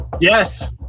Yes